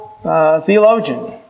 Theologian